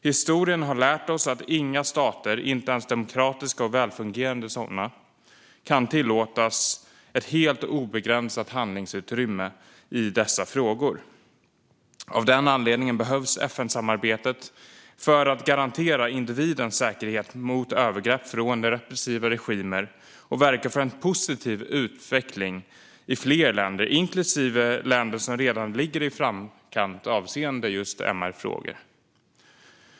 Historien har lärt oss att inga stater, inte ens demokratiska och välfungerande sådana, kan tillåtas ett helt obegränsat handlingsutrymme i dessa frågor. Av den anledningen behövs FN-samarbetet för att garantera individens säkerhet mot övergrepp från repressiva regimer och verka för en positiv utveckling i fler länder, inklusive länder som redan ligger i framkant avseende just MR-frågor.